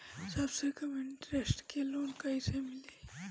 सबसे कम इन्टरेस्ट के लोन कइसे मिली?